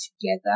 together